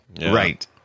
Right